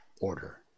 order